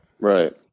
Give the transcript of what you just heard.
Right